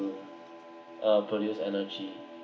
mm uh produce energy